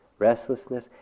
restlessness